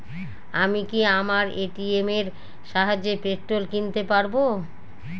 আমি কি আমার এ.টি.এম এর সাহায্যে পেট্রোল কিনতে পারব?